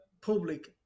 public